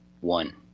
one